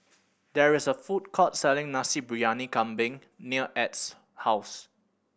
there is a food court selling Nasi Briyani Kambing near Edd's house